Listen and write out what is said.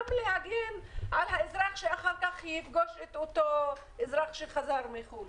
להגן על האזרח שאחר כך יפגוש את אותו אזרח שחזר מחו"ל.